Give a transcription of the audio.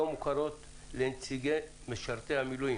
זה לא צריך לגרוע אלא צריך לתמרץ את מערך המילואים.